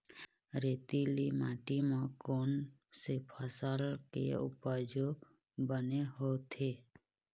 रेतीली माटी म कोन से फसल के उपज बने होथे?